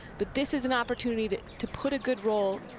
but this is an opportunity to to put a good roll,